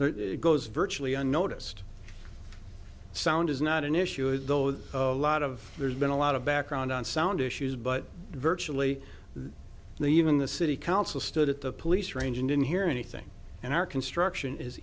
goes virtually unnoticed sound is not an issue is though that a lot of there's been a lot of background on sound issues but virtually the even the city council stood at the police range and didn't hear anything and our construction is